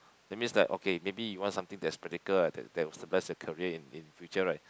that means like okay maybe you want something that's practical ah that that was the best in career in in future right